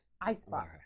Icebox